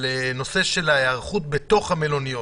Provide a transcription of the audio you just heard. הנושא של ההיערכות בתוך המלוניות.